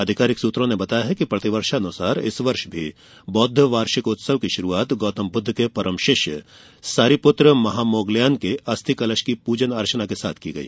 आधिकारिक सूत्रों ने बताया कि प्रतिवर्षानूसार इस वर्ष भी बौद्ध वार्षिकोत्सव की शुरूआत गौतम बुद्ध के परम शिष्य सारी पुत्र महामोगल्यान के अस्थि कलश की पूजन अर्चन के साथ की गई